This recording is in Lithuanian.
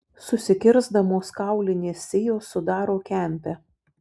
susikirsdamos kaulinės sijos sudaro kempę